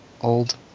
old